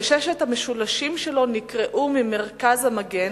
שששת המשולשים שלו נקרעו ממרכז המגן,